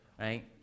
right